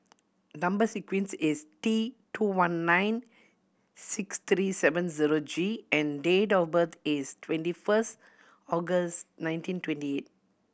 number sequence is T two one nine six three seven zero G and date of birth is twenty first August nineteen twenty eight